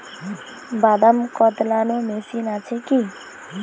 বাদাম কদলানো মেশিন আছেকি?